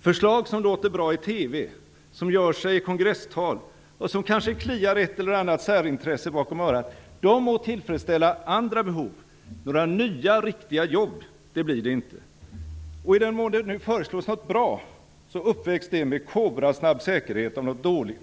Förslag som låter bra i TV, som gör sig i kongresstal och som kanske kliar ett eller annat särintresse bakom örat må tillfredsställa andra behov, men några nya riktiga jobb blir det inte! I den mån det föreslås något bra uppvägs det med en kobrasnabb säkerhet av något dåligt.